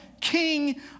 king